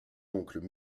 oncle